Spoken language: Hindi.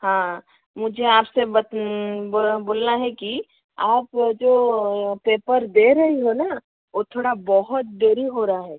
हाँ मुझे आप से बस बोलना है कि आप जो पेपर दे रही हो ना वो थोड़ा बहुत देरी हो रहा है